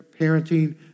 parenting